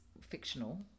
fictional